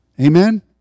Amen